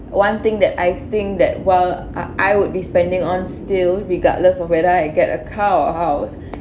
one thing that I think that while I would be spending on still regardless of whether I get a car or house